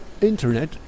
Internet